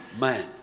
man